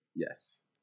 Yes